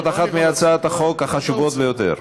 זאת אחת מהצעות החוק החשובות ביותר.